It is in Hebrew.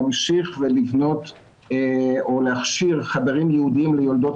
צריך להמשיך ולבנות או להכשיר חדרים ייעודיים ליולדות